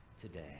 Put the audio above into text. today